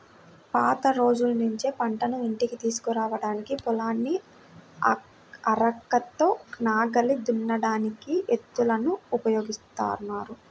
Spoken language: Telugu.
పాత రోజుల్నుంచే పంటను ఇంటికి తీసుకురాడానికి, పొలాన్ని అరకతో నాగలి దున్నడానికి ఎద్దులను ఉపయోగిత్తన్నారు